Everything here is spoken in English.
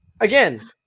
again